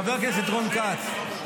חבר הכנסת רון כץ,